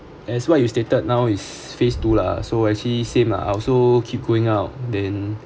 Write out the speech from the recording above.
as what you stated now is phase two lah so actually same lah I also keep going out then